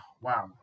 wow